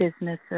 businesses